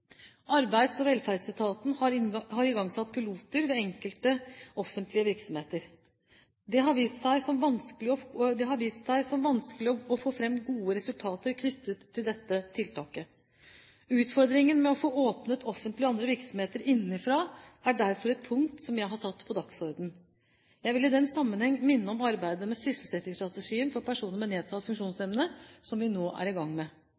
Arbeids- og velferdsetaten har igangsatt piloter ved enkelte offentlige virksomheter. Det har vist seg som vanskelig å få fram gode resultater knyttet til dette tiltaket. Utfordringen med å få åpnet offentlige og andre virksomheter innenfra er derfor et punkt som jeg har satt på dagsordenen. Jeg vil i den sammenheng minne om arbeidet med sysselsettingsstrategien for personer med nedsatt funksjonsevne, som vi nå er i gang med.